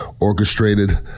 orchestrated